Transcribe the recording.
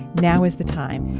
now is the time.